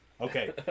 okay